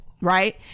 Right